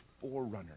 forerunner